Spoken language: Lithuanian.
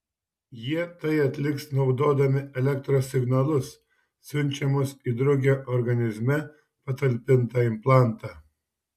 jie tai atliks naudodami elektros signalus siunčiamus į drugio organizme patalpintą implantą